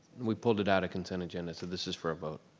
we pulled it out of consent agenda so this is for vote.